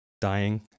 dying